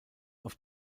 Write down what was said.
auf